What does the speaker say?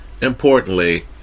importantly